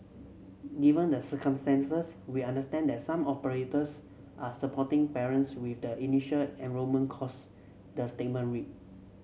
given the circumstances we understand that some operators are supporting parents with the initial enrolment costs the statement read